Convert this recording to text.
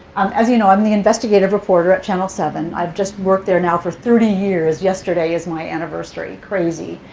as you know, i'm the investigative reporter at channel seven. i've just worked there now for thirty years. yesterday is my anniversary. crazy.